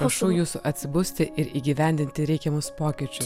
prašau jus atsibusti ir įgyvendinti reikiamus pokyčius